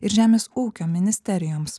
ir žemės ūkio ministerijoms